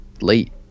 late